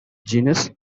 genus